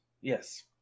Yes